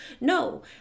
No